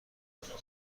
ازمون